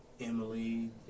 Emily